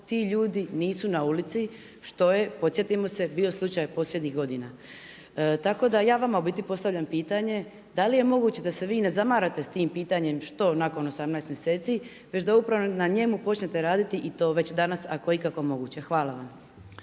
ti ljudi nisu na ulici što je, podsjetimo se bio slučaj posljednjih godina. Tako da ja vama u biti postavljam pitanje da li je moguće da se vi ne zamarate sa tim pitanje što nakon 18 mjeseci već da upravo na njemu počnete raditi i to već danas ako je ikako moguće. Hvala vam.